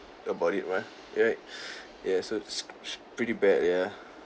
about it mah right ya so it's pretty bad ya